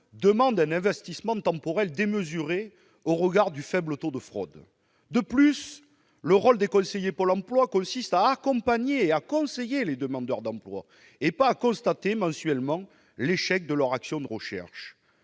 demande un investissement temporel démesuré au regard du faible taux de fraude. De plus, le rôle des conseillers de Pôle emploi consiste à accompagner les demandeurs d'emploi, pas à constater mensuellement l'échec des actions de recherche